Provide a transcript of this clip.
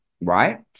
right